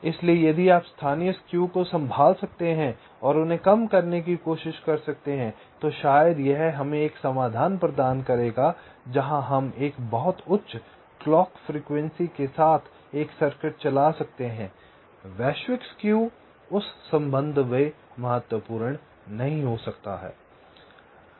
इसलिए यदि आप स्थानीय स्क्यू को संभाल सकते हैं और उन्हें कम करने की कोशिश कर सकते हैं तो शायद यह हमें एक समाधान प्रदान करेगा जहां हम एक बहुत उच्च क्लॉक फ्रीक्वेंसी के साथ एक सर्किट चला सकते हैं वैश्विक स्क्यू उस संबंध में महत्वपूर्ण नहीं हो सकता है